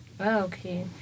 okay